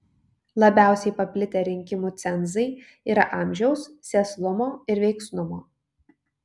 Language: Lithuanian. labiausiai paplitę rinkimų cenzai yra amžiaus sėslumo ir veiksnumo